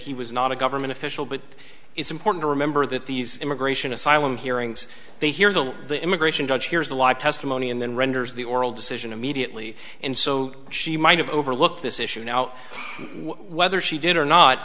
he was not a government official but it's important to remember that these immigration asylum hearings they hear that the immigration judge hears a lot of testimony and then renders the oral decision immediately and so she might have overlooked this issue now whether she did or not